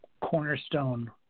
cornerstone